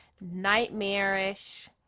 nightmarish